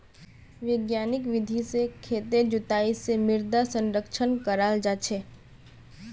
वैज्ञानिक विधि से खेतेर जुताई से मृदा संरक्षण कराल जा छे